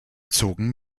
zogen